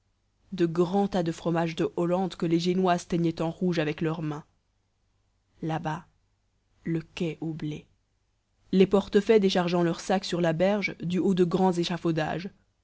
de grands tas de fromages de hollande que les génoises teignaient en rouge avec leurs mains là has le quai au blé les portefaix déchargeant leurs sacs sur la berge du haut de grands échafaudages